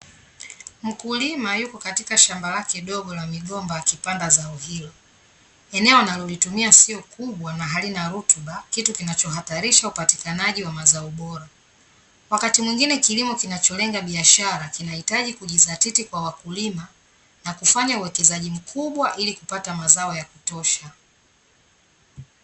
Mkulima yuko katika shamba lake dogo la migomba akipanda zao hilo, eneo analolitumia sio kubwa na halina rutuba, kitu kinachohatarisha upatikanaji wa mazao bora. Wakati mwingine kilimo kinacholenga biashara kinahitaji kujizatiti kwa wakulima na kufanya uwekezaji mkubwa ili kupata mazao ya kutosha.